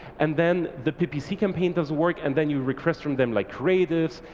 and then the ppc campaign doesn't work, and then you request from them like creatives,